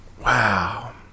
Wow